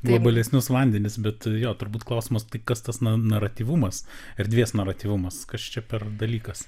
globalesnius vandenis bet jo turbūt klausimas tai kas tas na naratyvumas erdvės naratyvumas kas čia per dalykas